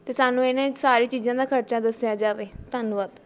ਅਤੇ ਸਾਨੂੰ ਇਹਨਾਂ ਸਾਰੀ ਚੀਜ਼ਾਂ ਦਾ ਖਰਚਾ ਦੱਸਿਆ ਜਾਵੇ ਧੰਨਵਾਦ